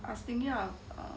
I was thinking of